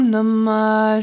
Namah